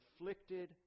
afflicted